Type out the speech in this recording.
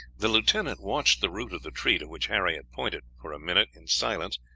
the lieutenant watched the root of the tree to which harry had pointed, for a minute in silence,